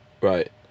Right